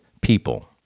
people